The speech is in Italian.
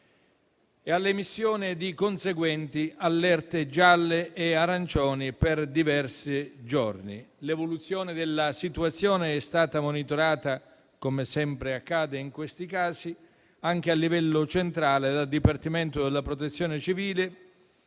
e all'emissione di conseguenti allerte gialle e arancioni per diversi giorni. L'evoluzione della situazione è stata monitorata, come sempre accade in questi casi, anche a livello centrale dal Dipartimento della protezione civile